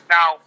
Now